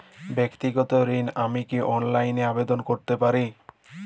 ব্যাক্তিগত ঋণ আমি কি অনলাইন এ আবেদন করতে পারি?